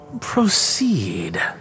Proceed